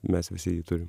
mes visi jį turim